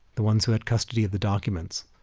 the ones who had custody of the documents,